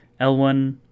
L1